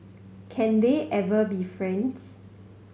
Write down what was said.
can they ever be friends